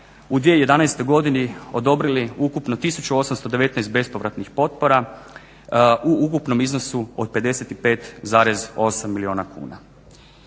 u 2011. godini odobrili ukupno 1819 bespovratnih potpora u ukupnom iznosu od 55,8 milijuna kuna.